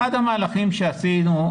אחד המהלכים שעשינו,